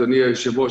אדוני היושב-ראש,